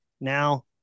now